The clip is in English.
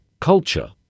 Culture